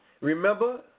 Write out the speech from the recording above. Remember